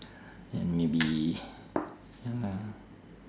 then maybe ya lah